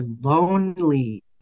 lonely